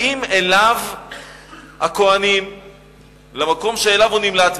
באים אליו הכוהנים למקום שאליו הוא נמלט,